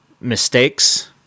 mistakes